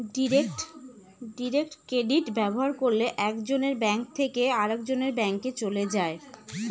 direct credit ব্যবহার করলে এক জনের ব্যাঙ্ক থেকে আরেকজনের ব্যাঙ্কে চলে যায়